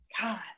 God